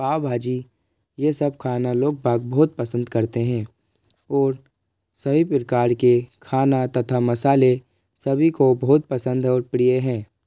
पाव भाजी ये सब खाना लोग बाग बहुत पसंद करते हैं और सभी प्रकार के खाना तथा मसाले सभी को बहुत पसंद है और प्रिय हैं